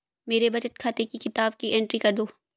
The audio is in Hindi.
मेरे बचत खाते की किताब की एंट्री कर दो?